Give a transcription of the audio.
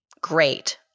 Great